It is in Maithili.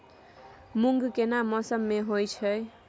मूंग केना मौसम में होय छै?